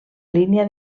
línia